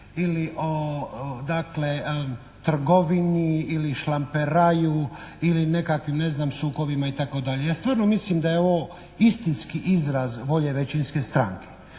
dakle trgovini ili šlamperaju ili nekakvim, ne znam sukobima i tako dalje. Ja stvarno mislim da je ovo istinski izraz volje većinske stranke.